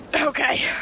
Okay